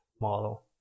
model